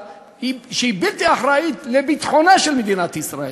שהיא בלתי אחראית כלפי ביטחונה של מדינת ישראל.